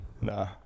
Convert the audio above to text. Nah